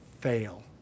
fail